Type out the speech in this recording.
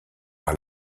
par